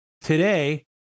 today